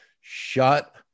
shut